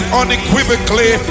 unequivocally